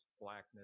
blackness